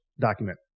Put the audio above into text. document